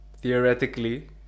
theoretically